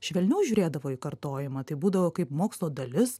švelniau žiūrėdavo į kartojimą tai būdavo kaip mokslo dalis